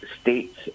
states